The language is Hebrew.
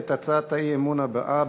את הצעת האי-אמון הבאה,